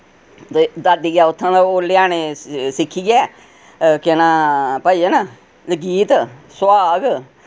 ते दादियै उत्थुआं दा ओ लेआने स सिक्खियै के नां भजन ते गीत सुहाग